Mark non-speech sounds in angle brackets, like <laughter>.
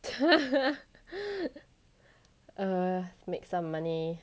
<laughs> err make some money